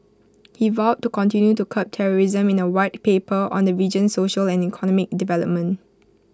he vowed to continue to curb terrorism in A White Paper on the region's social and economic development